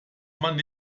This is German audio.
man